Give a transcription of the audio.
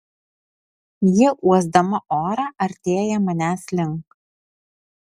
ji uosdama orą artėja manęs link